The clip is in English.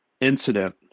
incident